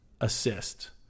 assist